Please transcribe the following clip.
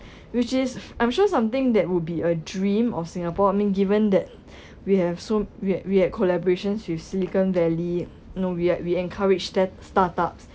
which is I'm sure something that would be a dream of singapore I mean given that we have so we had we had collaborations with silicon valley now we en~ we encourage stat~ startups